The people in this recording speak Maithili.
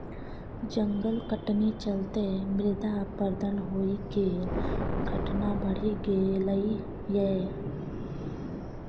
जंगल कटनी चलते मृदा अपरदन होइ केर घटना बढ़ि गेलइ यै